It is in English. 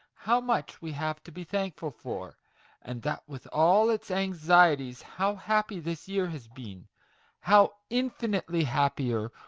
how much we have to be thankful for and that with all its anxieties how happy this year has been how infinitely happier,